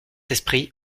esprit